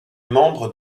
membre